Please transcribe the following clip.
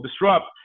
disrupt